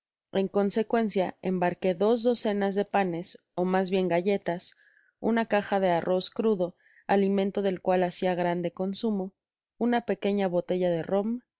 en su consecuencia embarqué dos docenas de panes ó mas bien galletas una caja de arroz crudo alimento del cual hacia grande consumo una pequeña botella de rom